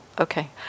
Okay